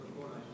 רק לפרוטוקול,